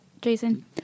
Jason